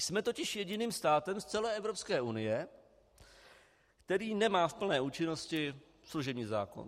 Jsme totiž jediným státem z celé Evropské unie, který nemá v plné účinnosti služební zákon.